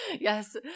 yes